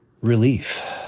relief